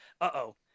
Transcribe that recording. uh-oh